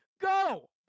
go